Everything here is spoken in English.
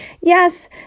Yes